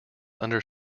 under